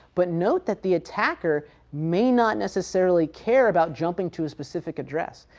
but note that the attacker may not necessarily care about jumping to a specific address.